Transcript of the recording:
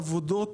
עבודות,